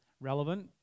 relevant